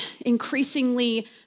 increasingly